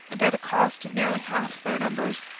and at a cost of nearly half their numbers.